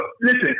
listen